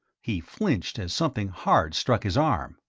he flinched as something hard struck his arm.